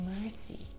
mercy